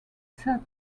sad